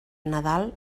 nadal